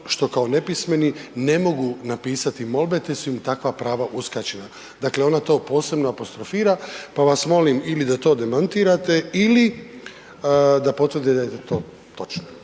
što kao nepismeni, ne mogu napisati molbe te su im takva prava uskraćena. Dakle ona to posebno apostrofira pa vas molim ili da to demantirate ili da potvrdite da je to točno.